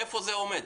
איפה זה עומד?